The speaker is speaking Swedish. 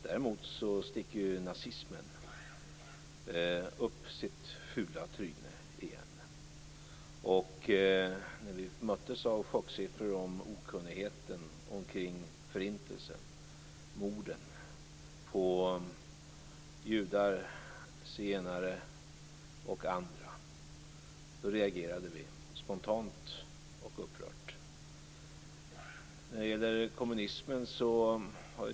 Däremot sticker ju nazismen upp sitt fula tryne igen. När vi möttes av chockartade siffror om okunnigheten kring Förintelsen, morden på judar, zigenare och andra, då reagerade vi spontant och upprört.